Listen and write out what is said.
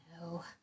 No